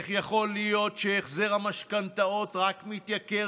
איך יכול להיות שהחזר המשכנתאות רק מתייקר